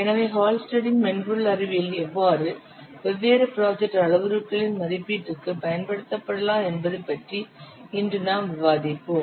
எனவே ஹால்ஸ்டெட்டின் மென்பொருள் அறிவியல் எவ்வாறு வெவ்வேறு ப்ராஜெக்ட் அளவுருக்களின் மதிப்பீட்டிற்கு பயன்படுத்தப்படலாம் என்பது பற்றி இன்று நாம் விவாதிப்போம்